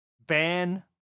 Ban